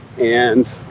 and-